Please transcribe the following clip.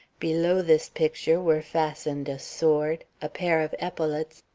below this picture were fastened a sword, a pair of epaulettes,